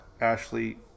Ashley